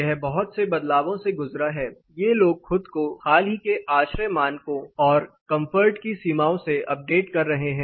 यह बहुत से बदलावों से गुजरा है ये लोग खुद को हाल ही के आश्रय मानकों और कंफर्ट की सीमाओं से अपडेट कर रहे हैं